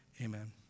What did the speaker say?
Amen